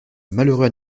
malheureux